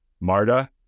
Marta